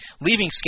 leaving